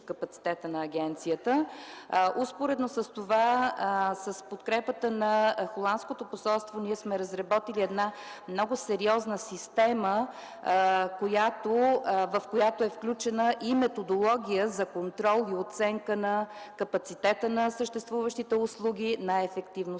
капацитета на Агенцията. Успоредно с подкрепата на холандското посолство ние сме разработили много сериозна система, в която е включена и методология за контрол и оценка на капацитета на съществуващите услуги, на ефективността